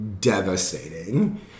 devastating